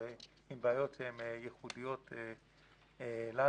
ועם בעיות שהן ייחודיות לנו.